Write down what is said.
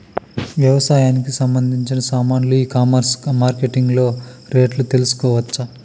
వ్యవసాయానికి సంబంధించిన సామాన్లు ఈ కామర్స్ మార్కెటింగ్ లో రేట్లు తెలుసుకోవచ్చా?